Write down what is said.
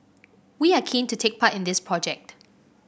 we are keen to take part in this project